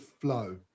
flow